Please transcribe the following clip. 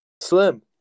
slim